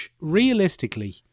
realistically